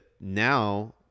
now